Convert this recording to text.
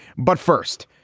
but first,